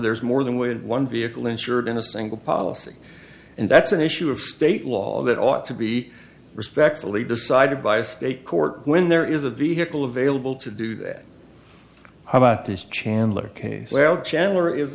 there's more than when one vehicle insured in a single policy and that's an issue of state law that ought to be respectfully decided by a state court when there is a vehicle available to do that how about this chandler case well chandler is